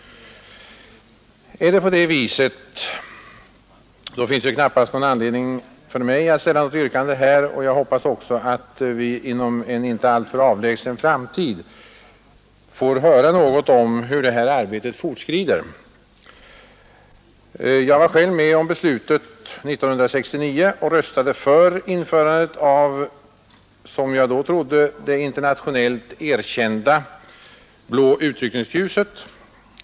Är det på det viset finns det knappast någon anledning för mig att ställa något yrkande här, och jag hoppas att vi inom en inte alltför avlägsen framtid får höra något om hur detta arbete fortskrider. Jag var själv med om beslutet år 1969 och röstade för införandet av, som jag då trodde, det internationellt erkända blå utryckningsljuset.